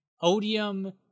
Odium